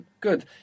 Good